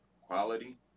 quality